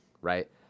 right